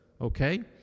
okay